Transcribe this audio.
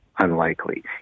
Unlikely